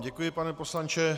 Děkuji vám, pane poslanče.